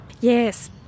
Yes